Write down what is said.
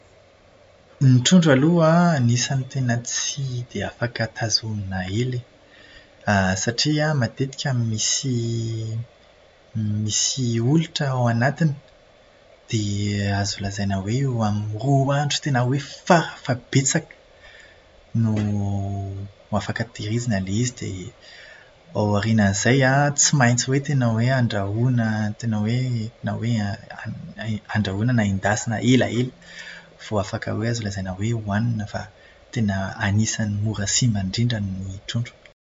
Ny trondro aloha an, anisan'ny tena tsy dia afaka tazomina ela e. Satria matetika misy misy olitra ao anatiny. Dia azo lazaina hoe eo amin'ny roa andro tena hoe farafahabetsaka no afaka tahirizina ilay izy dia ao aorian'izay an, tsy maintsy tena hoe andrahoina tena hoe tena hoe andrahoina na hoe endasina elaela, vao afaka hoe azo lazaina hoe hohanina fa tena anisan'ny mora simba indrindra ny trondro.